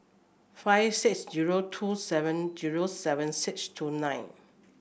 five six zero two seven zero seven six two nine